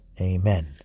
amen